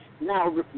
now